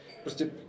prostě